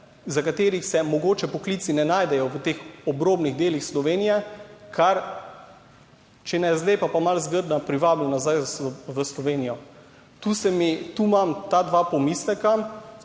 za katere se mogoče poklici ne najdejo v teh obrobnih delih Slovenije, ker če ne zdaj, pa pa malo grda, privabili nazaj v Slovenijo. Tu imam ta dva pomisleka.